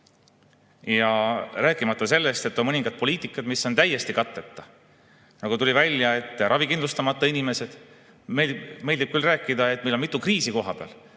Rääkimata sellest, et on mõningad poliitikad, mis on täiesti katteta. Nagu tuli välja, ravikindlustamata inimesed. Meile meeldib küll rääkida, et meil on mitu kriisi kohapeal,